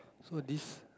so this